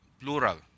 plural